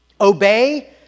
obey